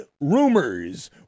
Rumors